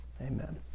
Amen